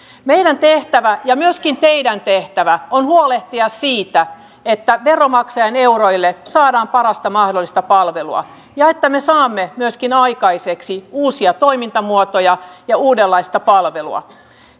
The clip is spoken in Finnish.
meidän tehtävämme ja myöskin teidän tehtävänne on huolehtia siitä että veronmaksajan euroille saadaan parasta mahdollista palvelua ja että me saamme myöskin aikaiseksi uusia toimintamuotoja ja uudenlaista palvelua